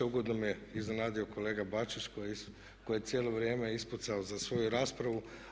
Ugodno me iznenadio kolega Bačić koji je cijelo vrijeme ispucao za svoju raspravu.